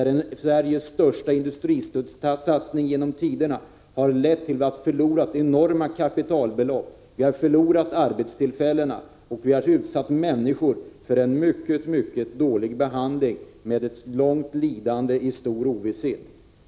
Sveriges största industrisatsning genom tiderna har lett till att vi förlorat enorma kapitalbelopp och mängder av arbetstillfällen, och vi har utsatt människor för en mycket dålig behandling, långt lidande och stor ovisshet.